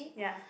ya